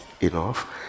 enough